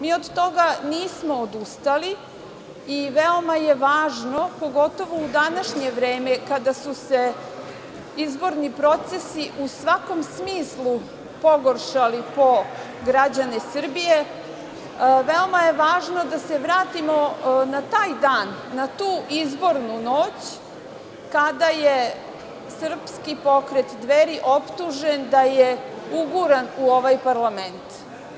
Mi od toga nismo odustali i veoma je važno, pogotovo u današnje vreme kada su se izborni procesi u svakom smislu pogoršali po građane Srbije, da se vratimo na taj dan, na tu izbornu noć, kada je Srpski pokret Dveri optužen da je uguran u ovaj parlament.